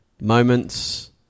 Moments